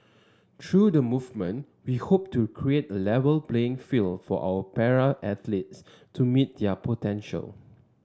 through the movement we hope to create A Level playing field for our para athletes to meet their potential